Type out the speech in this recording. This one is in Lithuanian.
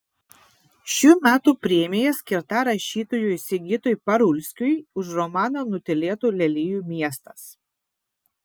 šių metų premija skirta rašytojui sigitui parulskiui už romaną nutylėtų lelijų miestas